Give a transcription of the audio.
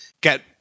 get